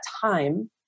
time